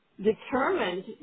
determined